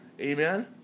Amen